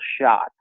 shot